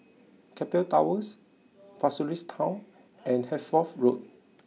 Keppel Towers Pasir Ris Town and Hertford Road